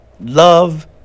love